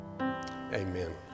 Amen